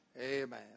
Amen